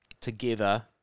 together